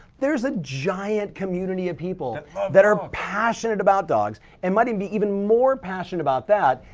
there's a giant community of people that are passionate about dogs and might even be even more passionate about that.